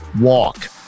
walk